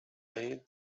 day